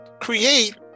create